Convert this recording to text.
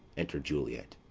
enter juliet.